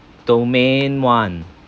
domain one